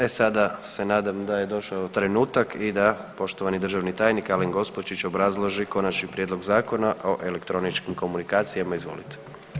E sada se nadam da je došao trenutak i da poštovani državni tajnik Alen Gospočić obrazloži Konačni prijedlog Zakona o elektroničkim komunikacijama, izvolite.